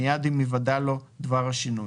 מיד עם היוודע לו דבר השינוי.